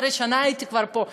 אחרי שנה כבר הייתי פה,